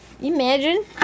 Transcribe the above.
imagine